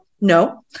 No